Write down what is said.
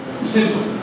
Simple